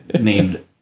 named